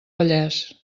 vallès